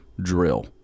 Drill